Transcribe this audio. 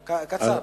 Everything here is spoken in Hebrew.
קצר.